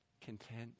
content